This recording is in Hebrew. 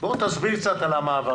בוא תסביר קצת על המעברים.